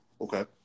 Okay